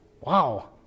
Wow